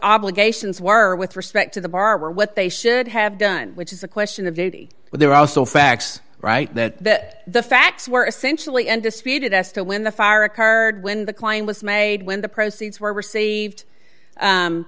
obligations were with respect to the barber what they should have done which is a question of duty but they're also facts right that the facts were essentially and disputed as to when the fire occurred when the claim was made when the proceeds were received